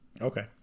Okay